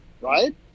Right